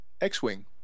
x-wing